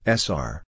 sr